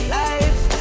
life